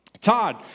Todd